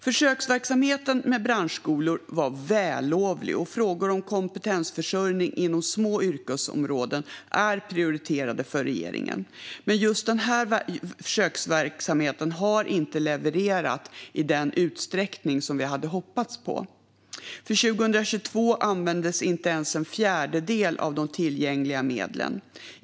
Försöksverksamheten med branschskolor var vällovlig, och frågor om kompetensförsörjning inom små yrkesområden är prioriterade för regeringen. Men just denna försöksverksamhet har inte levererat i den utsträckning som vi hade hoppats på. För 2022 användes inte ens en fjärdedel av de tillgängliga medlen.